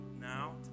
now